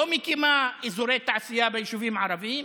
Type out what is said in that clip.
לא מקימה אזורי תעשייה ביישובים ערביים,